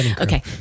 Okay